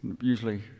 usually